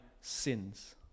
sins